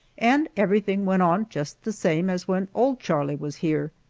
and everything went on just the same as when old charlie was here.